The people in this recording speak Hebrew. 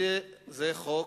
זה חוק,